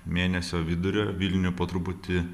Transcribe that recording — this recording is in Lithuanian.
mėnesio vidurio vilnių po truputį